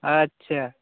ᱟᱪᱪᱷᱟ